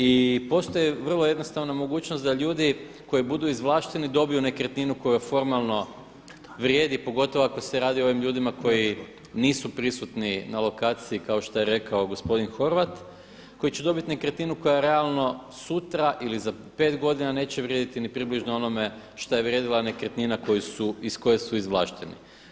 I postoje vrlo jednostavno mogućnost da ljudi koji budu izvlašteni dobiju nekretninu koja formalno vrijedi pogotovo ako se radi o ovim ljudima koji nisu prisutni na lokaciji kao što je rekao gospodin Horvat, koji će dobiti nekretninu koja realno sutra ili za pet godina neće vrijediti ni približno onome šta je vrijedila nekretnina iz koje su izvlašteni.